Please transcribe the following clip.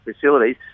facilities